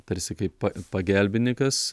tarsi kaip pa pagelbinykas